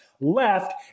left